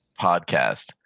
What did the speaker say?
Podcast